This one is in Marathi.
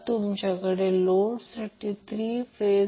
आणि त्याचप्रमाणे वायंडीग आहे जे 120° वेगळे आहेत